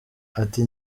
ati